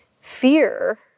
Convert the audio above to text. fear